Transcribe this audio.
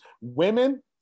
Women